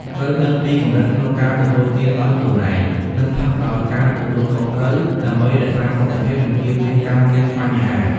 ត្រូវដឹងពីកម្រិតក្នុងការទទួលទានដោយខ្លួនឯង និងផឹកដោយការទទួលខុសត្រូវ ដើម្បីរក្សាសុខភាព និងជៀសវាងការមានបញ្ហា។